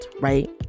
right